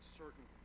certain